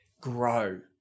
grow